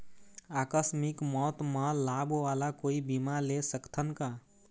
आकस मिक मौत म लाभ वाला कोई बीमा ले सकथन का?